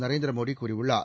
நரேந்திரமோடி கூறியுள்ளார்